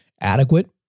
Adequate